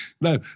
No